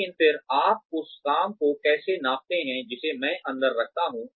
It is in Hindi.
लेकिन फिर आप उस काम को कैसे नापते हैं जिसे मैं अंदर रखता हूं